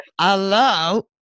Hello